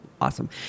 awesome